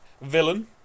villain